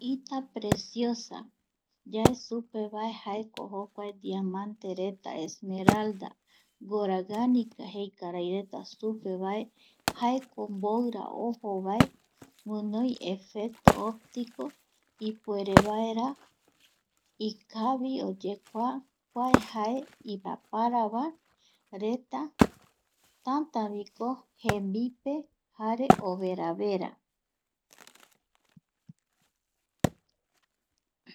Ita preciosa yae supe va, jaeko jokua diamanate reta, esmeralda, goraganica jei karaireta supevae jaeko mboi ra ojo vae guinoi efecto optico, ipuerevaera ikavi oyekua kua jae ipirapira va reta tantaviko jembipe jare overa